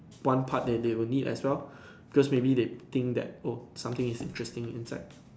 one part that they would need as well because maybe they think that oh something is interesting inside